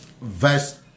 verse